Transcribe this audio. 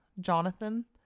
Jonathan